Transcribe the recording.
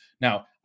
Now